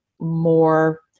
more